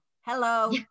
Hello